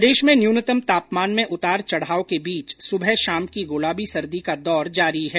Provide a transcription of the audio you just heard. प्रदेश में न्यूनतम तापमान में उतार चढ़ाव के बीच सुबह शाम की गुलाबी सर्दी का दौर जारी है